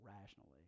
rationally